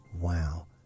Wow